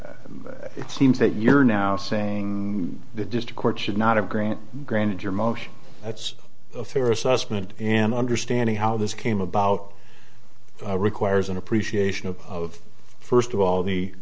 be it seems that you're now saying the district court should not have grant granted your motion that's a fair assessment and understanding how this came about requires an appreciation of first of all the